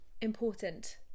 important